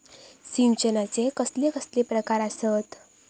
सिंचनाचे कसले कसले प्रकार आसत?